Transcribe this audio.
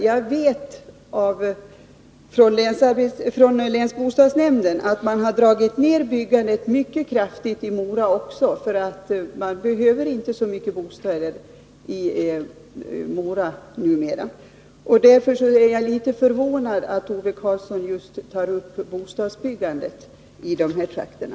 Jag vet från länsbostadsnämnden att man dragit ned byggandet mycket kraftigt också i Mora — man behöver numera inte så mycket bostäder i Mora. Därför är jag litet förvånad över att Ove Karlsson tar upp just bostadsbyggandet i de här trakterna.